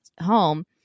home